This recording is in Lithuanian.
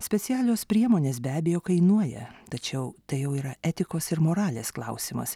specialios priemonės be abejo kainuoja tačiau tai jau yra etikos ir moralės klausimas